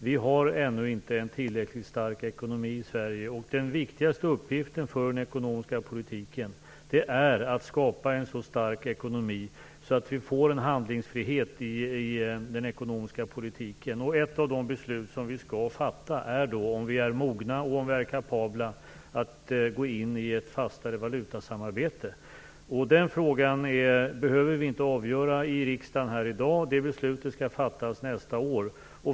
Vi har ännu inte en tillräckligt stark ekonomi i Sverige, och den viktigaste uppgiften för den ekonomiska politiken är att skapa en så stark ekonomi att vi får en handlingsfrihet i den ekonomiska politiken. Ett av de beslut som vi skall fatta är om vi är mogna och kapabla att gå in i ett fastare valutasamarbete. Den frågan behöver vi inte avgöra i riksdagen här i dag, utan det beslutet skall fattas nästa år.